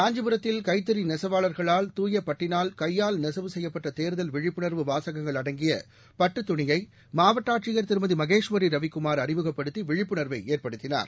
காஞ்சிபுரத்தில் கைத்தறிநெசவாளர்களால் தூய பட்டினால் கையால் நெசவு செய்யப்பட்டதேர்தல் விழிப்புணர்வு வாசகங்கள் அடங்கியபட்டுத் துணியைமாவட்டஆட்சியர் திருமதிமகேஸ்வரிரவிக்குமார் அறிமுகப்படுத்திவிழிப்புணர்வைஏற்படுத்தினார்